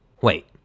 Wait